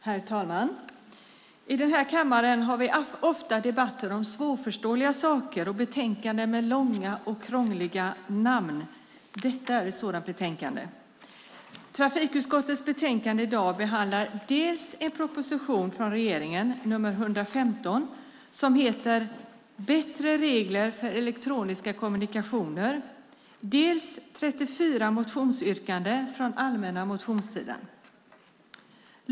Herr talman! I denna kammare har vi ofta debatter om svårförståeliga saker och betänkanden med långa och krångliga namn. Detta är ett sådant betänkande. Trafikutskottets betänkande i dag behandlar dels en proposition från regeringen, nr 115, som heter Bättre regler för elektroniska kommunikationer , dels 34 motionsyrkanden från den allmänna motionstiden.